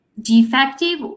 defective